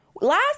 last